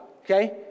Okay